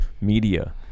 media